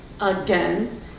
again